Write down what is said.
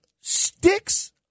sticks